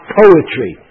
poetry